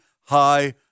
high